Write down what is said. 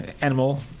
animal